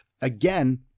Again